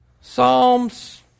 Psalms